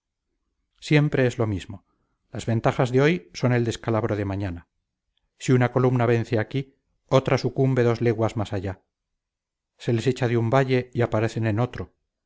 siempre es lo mismo las ventajas de hoy son el descalabro de mañana si una columna vence aquí otra sucumbe dos leguas más allá se les echa de un valle y aparecen en otro